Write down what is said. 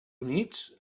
units